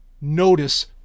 notice